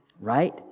Right